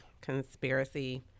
conspiracy